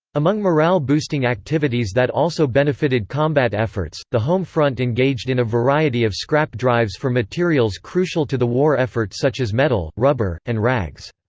among morale-boosting activities that also benefited combat efforts, the home front engaged in a variety of scrap drives for materials crucial to the war effort such as metal, rubber, and rags.